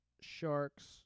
sharks